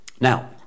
Now